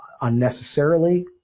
unnecessarily